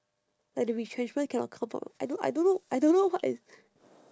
like the retrenchment cannot come from I don't I don't know I don't know what is